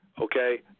okay